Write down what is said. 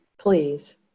please